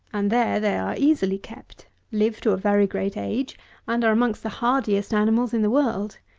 and there they are easily kept live to a very great age and are amongst the hardiest animals in the world.